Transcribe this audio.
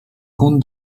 comte